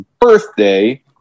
birthday